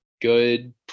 good